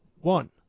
one